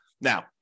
Now